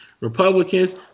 Republicans